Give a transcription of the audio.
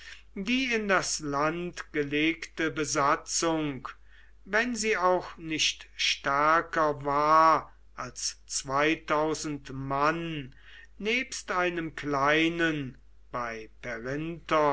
die in das land gelegte besatzung wenn sie auch nicht stärker war als zweitausend mann nebst einem kleinen bei